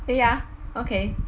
eh ya okay